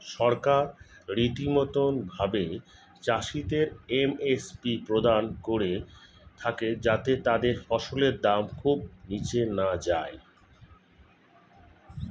সরকার রীতিমতো ভাবে চাষিদের এম.এস.পি প্রদান করে থাকে যাতে তাদের ফসলের দাম খুব নীচে না যায়